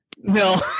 No